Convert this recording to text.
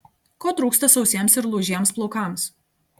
ko trūksta sausiems ir lūžiems plaukams